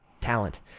talent